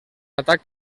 atac